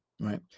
right